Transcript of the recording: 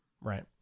Right